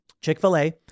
Chick-fil-A